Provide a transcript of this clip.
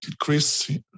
Chris